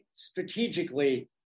strategically